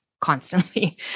constantly